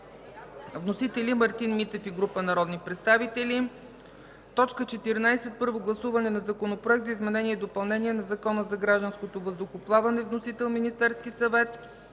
Вносители: Мартин Димитров и група народни представители. 14. Първо гласуване на Законопроект за изменение и допълнение на Закона за гражданското въздухоплаване. Вносител: Министерският съвет.